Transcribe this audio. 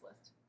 list